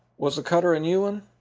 was the cutter a new one?